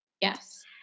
Yes